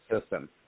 system